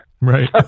Right